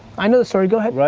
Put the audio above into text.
i know the story, go ahead.